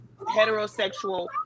heterosexual